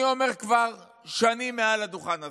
אני אומר כבר שנים מעל הדוכן הזה: